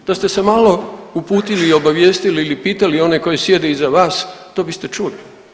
Da ste se malo uputili i obavijestili ili pitali one koji sjede iza vas to biste čuli.